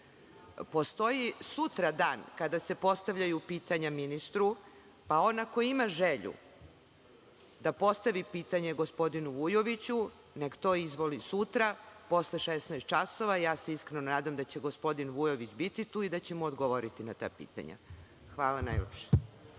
Postoji sutra dan, kada se postavljaju pitanja ministru, pa on ako ima želju da postavi pitanje gospodinu Vujoviću, nek to izvoli sutra posle 16 časova. Ja se iskreno nadam da će gospodin Vujović biti tu i da će mu odgovoriti na ta pitanja. Hvala najlepše.